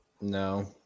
No